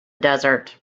desert